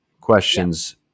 questions